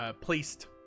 placed